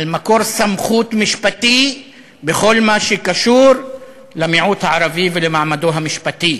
על מקור סמכות משפטי בכל מה שקשור למיעוט הערבי ולמעמדו המשפטי